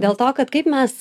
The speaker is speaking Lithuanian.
dėl to kad kaip mes